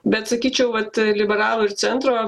bet sakyčiau vat liberalų ir centro